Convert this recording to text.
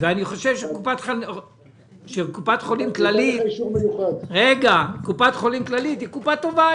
ואני חושב שקופת חולים כללית היא קופה טובה,